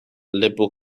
liberal